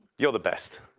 you're the best.